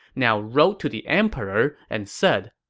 now wrote to the emperor and said,